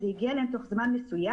וזה הגיע אליהם תוך זמן מסוים,